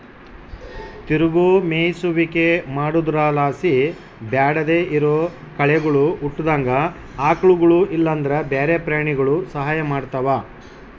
ತಿರುಗೋ ಮೇಯಿಸುವಿಕೆ ಮಾಡೊದ್ರುಲಾಸಿ ಬ್ಯಾಡದೇ ಇರೋ ಕಳೆಗುಳು ಹುಟ್ಟುದಂಗ ಆಕಳುಗುಳು ಇಲ್ಲಂದ್ರ ಬ್ಯಾರೆ ಪ್ರಾಣಿಗುಳು ಸಹಾಯ ಮಾಡ್ತವ